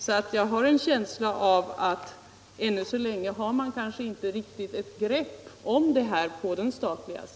Jag har därför en känsla av att ännu så länge har man kanske inte riktigt grepp om det här på den statliga sidan.